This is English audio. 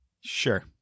Sure